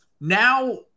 now